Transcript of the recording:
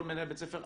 כל מנהל בית ספר,